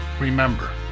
remember